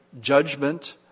judgment